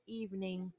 evening